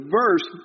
verse